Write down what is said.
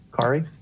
Kari